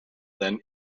than